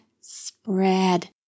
spread